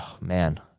man